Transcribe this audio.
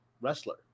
wrestler